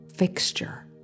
fixture